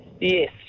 Yes